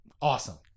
Awesome